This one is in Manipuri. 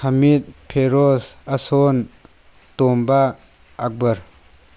ꯍꯥꯃꯤꯠ ꯐꯤꯔꯣꯁ ꯑꯁꯣꯟ ꯇꯣꯝꯕ ꯑꯛꯕꯔ